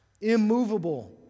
immovable